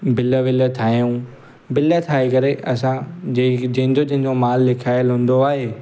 bill विल ठाहियूं bill ठाही करे असां जेके जंहिंजो जंहिंजो माल लिखायलु हूंदो आहे